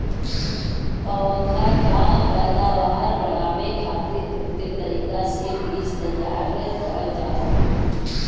पौधा क पैदावार बढ़ावे खातिर कृत्रिम तरीका से बीज तैयार करल जाला